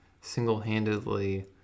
single-handedly